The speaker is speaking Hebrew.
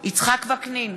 יצחק וקנין,